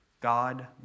God